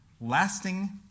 lasting